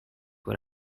what